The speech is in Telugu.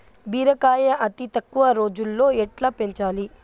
బీరకాయ అతి తక్కువ రోజుల్లో ఎట్లా పెంచాలి?